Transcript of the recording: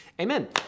Amen